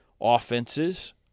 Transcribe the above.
offenses